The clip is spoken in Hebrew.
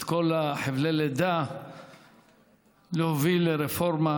את כל חבלי הלידה בלהוביל לרפורמה